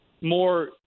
more